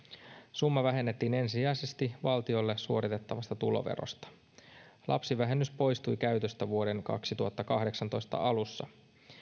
summa vähennettiin ensisijaisesti valtiolle suoritettavasta tuloverosta lapsivähennys poistui käytöstä vuoden kaksituhattakahdeksantoista alussa